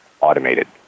automated